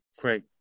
great